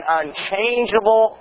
unchangeable